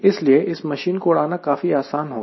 इसीलिए इस मशीन को उड़ाना काफी आसान होगा